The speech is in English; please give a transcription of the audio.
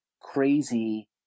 crazy